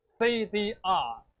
CDR